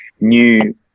new